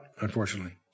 unfortunately